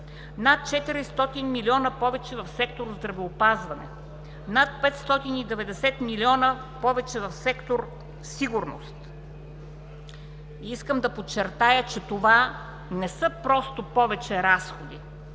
над 400 милиона повече в сектор „Здравеопазване“, над 590 милиона повече в сектор „Сигурност“. Искам да подчертая, че това не са просто повече разходи,